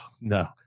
no